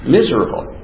Miserable